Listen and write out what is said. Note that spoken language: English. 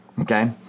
Okay